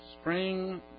spring